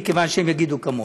מכיוון שהם יגידו כמוני.